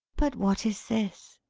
but what is this!